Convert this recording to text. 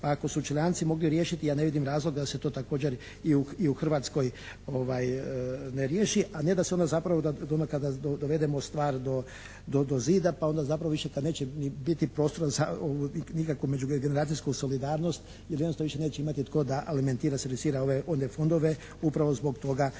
pa ako su Čileanci mogli riješiti ja ne vidim razloga da se to također i u Hrvatskoj ne riješi a ne da se onda zapravo kada dovedemo stvar do zida pa onda zapravo više kad neće biti prostora za ovu nikakvu međugeneracijsku solidarnost jer jednostavno više neće imati tko da alimentira, servisira one fondove upravo zbog toga